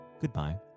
goodbye